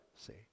see